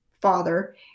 father